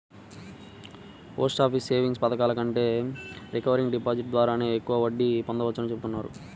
post office savings పథకాల కంటే recurring deposit ద్వారానే ఎక్కువ వడ్డీ పొందవచ్చని చెబుతున్నారు